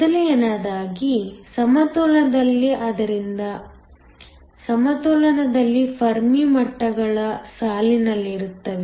ಮೊದಲನೆಯದಾಗಿ ಸಮತೋಲನದಲ್ಲಿ ಆದ್ದರಿಂದ ಸಮತೋಲನದಲ್ಲಿ ಫರ್ಮಿ ಮಟ್ಟಗಳು ಸಾಲಿನಲ್ಲಿರುತ್ತವೆ